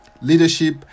leadership